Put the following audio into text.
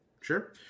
Sure